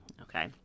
Okay